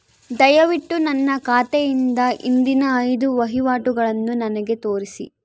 ದಯವಿಟ್ಟು ನನ್ನ ಖಾತೆಯಿಂದ ಹಿಂದಿನ ಐದು ವಹಿವಾಟುಗಳನ್ನು ನನಗೆ ತೋರಿಸಿ